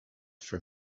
for